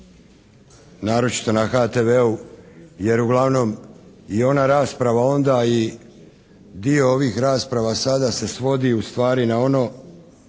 naročito na HTV-u jer uglavnom i ona rasprava onda i dio ovih rasprava sada se svodi ustvari na ono